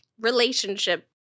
relationship